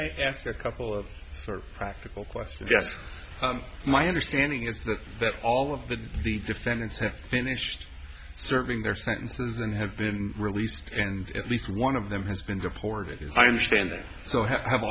i asked a couple of sort of practical questions yes my understanding is that all of the the defendants have finished serving their sentences and have been released and at least one of them has been deported as i understand it so